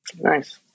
Nice